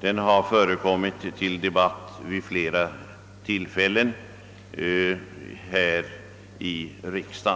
den där upptagna frågan vid flera tillfällen har varit föremål för debatt här i riksdagen.